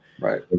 Right